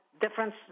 difference